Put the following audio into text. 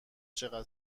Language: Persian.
چقدر